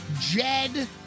Jed